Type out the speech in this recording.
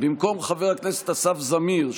במקום חבר הכנסת אסף זמיר,